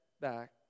back